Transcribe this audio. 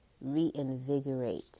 reinvigorate